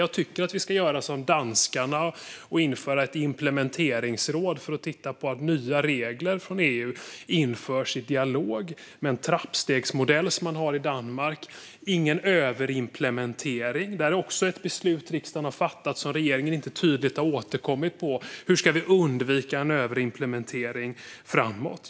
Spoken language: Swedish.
Jag tycker att vi ska göra som danskarna och införa ett implementeringsråd för att titta på om nya regler från EU kan införas i dialog med en trappstegsmodell, som man har i Danmark, och utan överimplementering. Det är också ett beslut som riksdagen har fattat men där regeringen inte tydligt har återkommit: Hur ska vi undvika en överimplementering framåt?